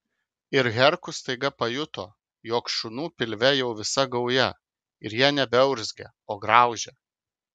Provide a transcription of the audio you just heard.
ir herkus staiga pajuto jog šunų pilve jau visa gauja ir jie nebeurzgia o graužia